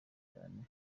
cyane